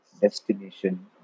destination